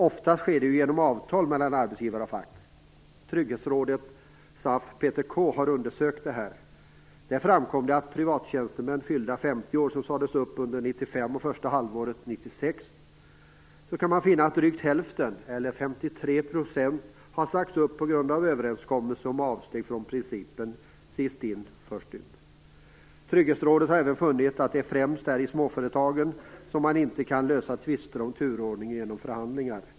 Oftast sker det genom avtal mellan arbetsgivare och fack. Trygghetsrådet, SAF och PTK, har undersökt detta. Då framkom det att av privattjänstemän fyllda 50 år som sades upp under 1995 och första halvåret 1996, kan man finna att drygt hälften, eller 53 %, sades upp på grund av överenskommelse om avsteg från principen sist in, först ut. Trygghetsrådet har även funnit att det främst är i småföretagen man inte kan lösa tvister om turordningen genom förhandlingar.